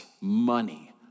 money